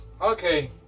okay